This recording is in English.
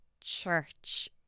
church